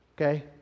okay